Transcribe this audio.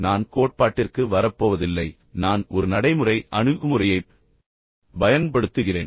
நான் கோட்பாட்டிற்கு வரப்போவதில்லை நான் ஒரு நடைமுறை அணுகுமுறையைப் பயன்படுத்துகிறேன் என்பதை உங்களில் பலர் விரும்புகிறீர்கள்